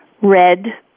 red